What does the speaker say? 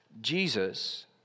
Jesus